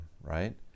right